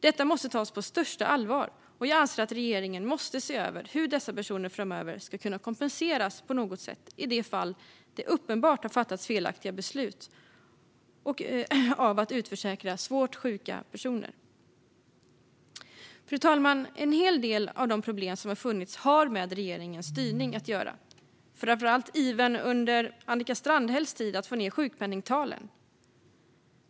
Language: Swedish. Detta måste tas på största allvar, och jag anser att regeringen måste se över hur dessa personer framöver ska kunna kompenseras på något sätt i de fall det uppenbart har fattats felaktiga beslut om att utförsäkra svårt sjuka personer. Fru talman! En hel del av de problem som funnits har med regeringens styrning att göra, framför allt ivern under Annika Strandhälls tid att få ned sjukpenningtalen.